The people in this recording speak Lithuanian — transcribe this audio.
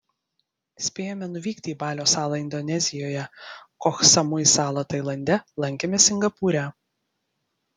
spėjome nuvykti į balio salą indonezijoje koh samui salą tailande lankėmės singapūre